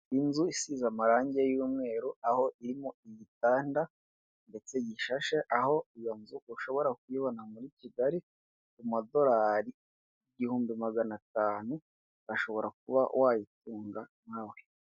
Ni nzu isize amarangi y'umweru, aho irimo igitanda ndetse gishashe, aho iyo nzu ushobora kuyibona muri kigali ku madorari igihumbi magana atanu, ushobora kuba wayitunga nawe.